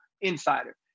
insider